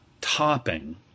topping